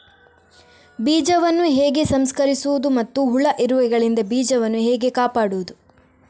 ಬೀಜವನ್ನು ಹೇಗೆ ಸಂಸ್ಕರಿಸುವುದು ಮತ್ತು ಹುಳ, ಇರುವೆಗಳಿಂದ ಬೀಜವನ್ನು ಹೇಗೆ ಕಾಪಾಡುವುದು?